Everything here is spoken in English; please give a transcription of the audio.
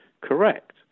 correct